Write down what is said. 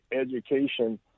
education